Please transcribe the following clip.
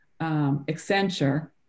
Accenture